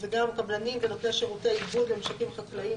וגם קבלנים ונותני שירותי עיבוד למשקים חקלאיים,